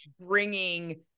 bringing